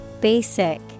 Basic